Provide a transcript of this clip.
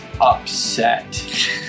upset